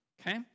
Okay